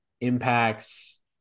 impacts